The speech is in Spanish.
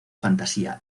fantasía